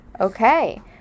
Okay